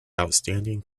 outstanding